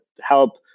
help